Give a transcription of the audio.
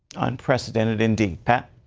unprecedented, and pat?